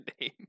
name